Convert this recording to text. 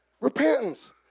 Repentance